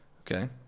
Okay